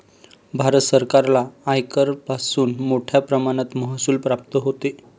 भारत सरकारला आयकरापासून मोठया प्रमाणात महसूल प्राप्त होतो